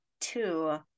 two